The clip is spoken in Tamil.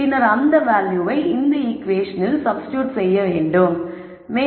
பின்னர் அந்த வேல்யூவை இந்த ஈகுவேஷனில் சப்ஸ்டிடுயூட் செய்ய முடியும்